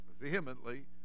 vehemently